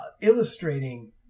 illustrating